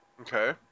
Okay